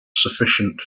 sufficient